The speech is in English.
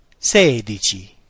sedici